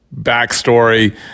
backstory